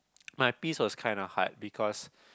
my piece was kinda hard because